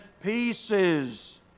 pieces